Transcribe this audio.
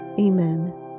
Amen